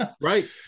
Right